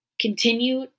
Continue